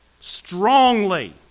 strongly